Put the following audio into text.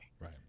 Right